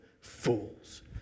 fools